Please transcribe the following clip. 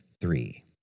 three